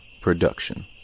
production